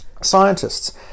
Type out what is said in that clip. scientists